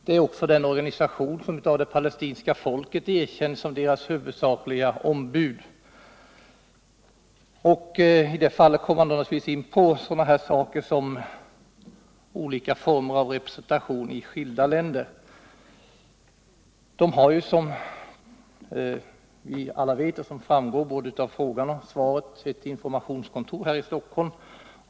Det är också den organisation som av det palestinska folket har erkänts som deras huvudsakliga ombud. I det fallet kommer man naturligtvis in på sådana saker som olika former av representation i skilda länder. De har, som vi alla vet och som framgår av både frågan och svaret, informationskontor här i Stockholm.